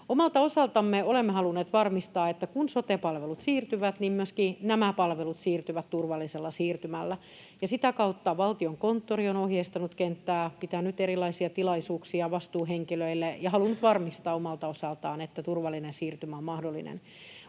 Omalta osaltamme olemme halunneet varmistaa, että kun sote-palvelut siirtyvät, niin myöskin nämä palvelut siirtyvät turvallisella siirtymällä. Ja sitä kautta Valtiokonttori on ohjeistanut kenttää, pitänyt erilaisia tilaisuuksia vastuuhenkilöille ja halunnut varmistaa omalta osaltaan, että turvallinen siirtymä on mahdollinen.